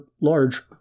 large